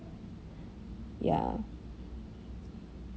ya